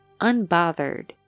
unbothered